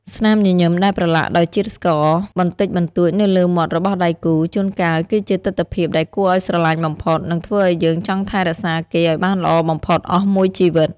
ស្នាមញញឹមដែលប្រឡាក់ដោយជាតិស្ករបន្តិចបន្តួចនៅលើមាត់របស់ដៃគូ ជួនកាលគឺជាទិដ្ឋភាពដែលគួរឱ្យស្រឡាញ់បំផុត និងធ្វើឱ្យយើងចង់ថែរក្សាគេឱ្យបានល្អបំផុតអស់មួយជីវិត។